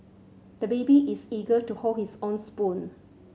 the baby is eager to hold his own spoon